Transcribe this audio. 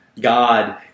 God